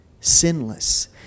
sinless